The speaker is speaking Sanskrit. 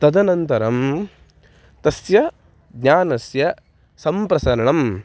तदनन्तरं तस्य ज्ञानस्य सम्प्रसारणम्